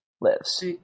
lives